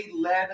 led